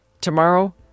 Tomorrow